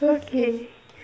okay